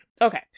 Okay